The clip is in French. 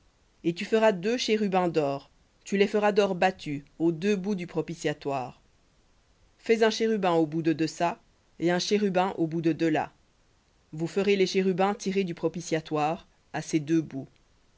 et tu feras deux chérubins d'or tu les feras d'or battu aux deux bouts du propitiatoire fais un chérubin au bout de deçà et un chérubin au bout de delà vous ferez les chérubins du propitiatoire à ses deux bouts